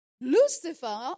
Lucifer